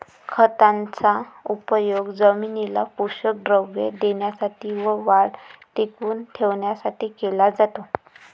खताचा उपयोग जमिनीला पोषक द्रव्ये देण्यासाठी व वाढ टिकवून ठेवण्यासाठी केला जातो